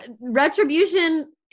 retribution